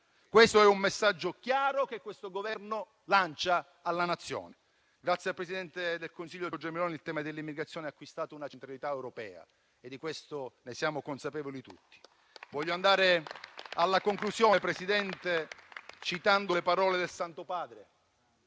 Questo è un messaggio chiaro che il Governo lancia alla Nazione. Grazie al presidente del Consiglio Giorgia Meloni il tema dell'immigrazione ha acquistato una centralità europea e di questo siamo tutti consapevoli.